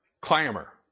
Clamor